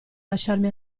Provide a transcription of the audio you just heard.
lasciarmi